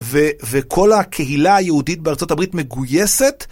וכל הקהילה היהודית בארצות הברית מגויסת